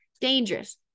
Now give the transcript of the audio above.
Dangerous